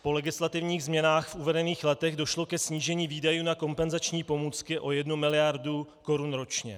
Po legislativních změnách v uvedených letech došlo ke snížení výdajů na kompenzační pomůcky o jednu miliardu korun ročně.